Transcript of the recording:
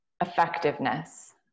effectiveness